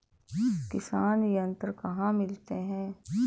किसान यंत्र कहाँ मिलते हैं?